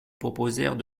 proposèrent